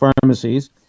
pharmacies